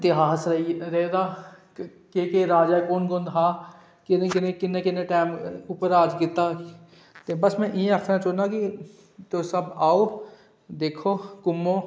केह् इतिहास रेह्दा केह् केह् राजा कु'न कु'न हा कि'नें कि'नें किन्ना किन्ना टाईम राज कीता बस में इ'यै आखना चाह्न्नां कि तुस आओ दिक्खो घूमो